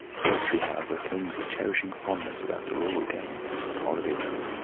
poetry, however, clings with cherishing fondness about the rural game and holiday revel,